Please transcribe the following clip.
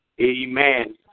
Amen